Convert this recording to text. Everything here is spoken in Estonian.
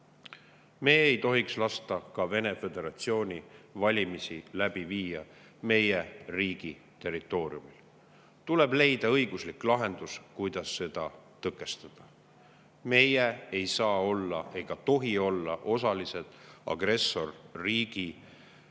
Me ei tohiks lasta ka Vene föderatsiooni valimisi läbi viia meie riigi territooriumil. Tuleb leida õiguslik lahendus, kuidas seda tõkestada. Meie ei saa olla ega tohi olla osalised agressorriigi sõjakuritegude